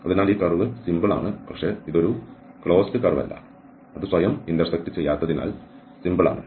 അതിനാൽ ഈ curve simple ആണ് പക്ഷേ ഇത് ഒരു ക്ലോസ്ഡ് കർവ് അല്ല അത് സ്വയം ഇന്റർസെക്റ്റ് ചെയ്യാത്തതിനാൽ സിമ്പിൾ ആണ്